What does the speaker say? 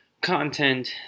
content